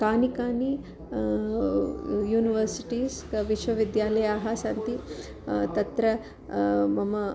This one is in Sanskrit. कानि कानि यूनिवर्सिटीस् विश्वविद्यालयाः सन्ति तत्र मम